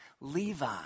Levi